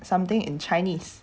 something in chinese